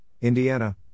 Indiana